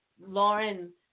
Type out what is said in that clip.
Lauren